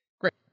Great